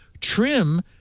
Trim